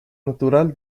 natural